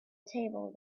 table